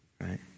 right